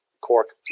cork